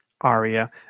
aria